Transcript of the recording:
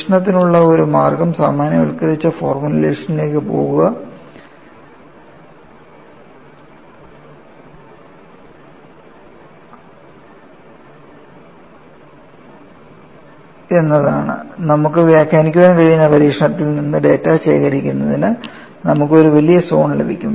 നിരീക്ഷണത്തിനുള്ള ഒരു മാർഗ്ഗം സാമാന്യവൽക്കരിച്ച ഫോർമുലേഷനിലേക്ക് പോകുക എന്നതാണ് നമുക്ക് വ്യാഖ്യാനിക്കാൻ കഴിയുന്ന പരീക്ഷണത്തിൽ നിന്ന് ഡാറ്റ ശേഖരിക്കുന്നതിന് നമുക്ക് ഒരു വലിയ സോൺ ലഭിക്കും